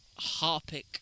Harpic